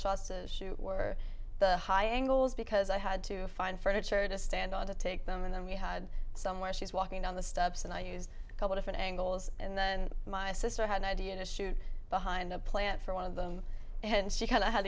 were the high angles because i had to find furniture to stand on to take them and then we had some where she's walking down the steps and i use a couple different angles and then my sister had the idea to shoot behind a plant for one of them and she kind of had